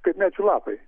kaip medžių lapai